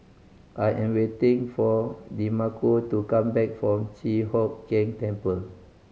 I am waiting for Demarco to come back from Chi Hock Keng Temple